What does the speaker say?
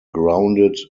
grounded